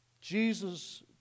Jesus